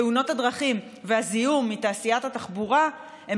תאונות הדרכים והזיהום מתעשיית התחבורה הם